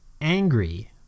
angry